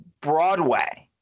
Broadway